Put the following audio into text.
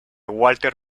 walter